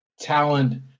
talent